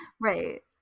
Right